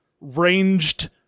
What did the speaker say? ranged